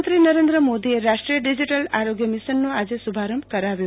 પ્રધાનમંત્રી નરેન્દ્ર મોદીએ રાષ્ટ્રીય ડીજીટલ આરોગ્ય મિશનનો આજે શુભારંભ કરાવ્યો